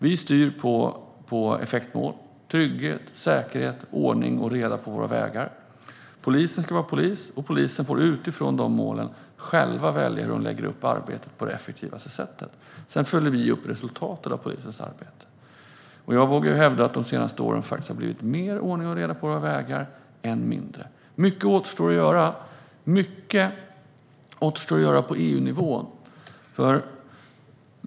Vi styr med effektmål: trygghet, säkerhet och ordning och reda på våra vägar. Polisen ska vara polis, och utifrån dessa mål får man själv välja hur man lägger upp arbetet på det effektivaste sättet. Sedan följer vi upp resultatet av polisens arbete. Jag vågar hävda att det de senaste åren har blivit mer - snarare än mindre - ordning och reda på våra vägar. Mycket återstår att göra, och mycket återstår att göra på EU-nivå.